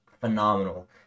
phenomenal